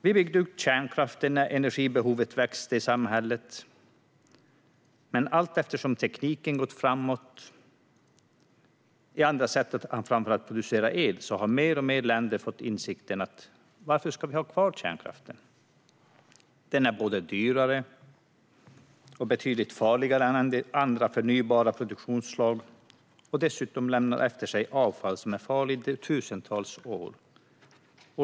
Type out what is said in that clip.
Vi byggde ut kärnkraften när energibehovet växte i samhället, men allteftersom tekniken gått framåt när det gäller andra sätt att producera el har fler och fler länder ställt sig frågan: Varför ska vi ha kvar kärnkraften? Den är både dyrare och betydligt farligare än andra, förnybara produktionsslag och lämnar dessutom efter sig avfall som är farligt i tusentals år.